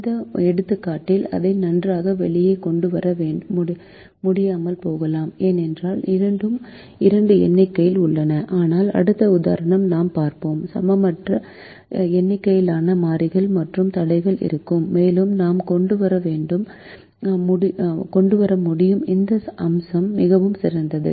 இந்த எடுத்துக்காட்டில் அதை நன்றாக வெளியே கொண்டு வர முடியாமல் போகலாம் ஏனென்றால் இரண்டும் 2 எண்ணிக்கையில் உள்ளன ஆனால் அடுத்த உதாரணம் நாம் பார்ப்போம் சமமற்ற எண்ணிக்கையிலான மாறிகள் மற்றும் தடைகள் இருக்கும் மேலும் நாம் கொண்டு வர முடியும் இந்த அம்சம் மிகவும் சிறந்தது